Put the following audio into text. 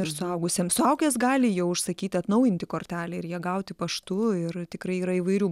ir suaugusiem suaugęs gali jau užsakyti atnaujinti kortelę ir ją gauti paštu ir tikrai yra įvairių